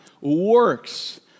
works